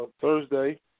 Thursday